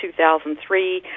2003